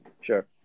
Sure